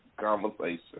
conversation